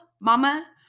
mama